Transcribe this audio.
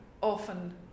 often